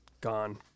gone